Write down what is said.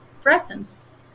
presence